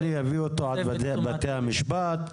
אני אביא אותו על בתי המשפט,